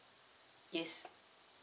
yes